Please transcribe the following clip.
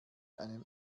einem